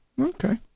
Okay